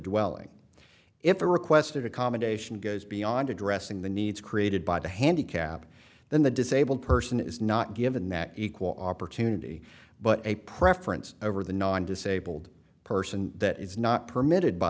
dwelling if the requested accommodation goes beyond addressing the needs created by the handicap then the disabled person is not given that equal opportunity but a preference over the non disabled person that is not permitted by